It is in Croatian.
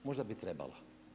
Možda bi trebala.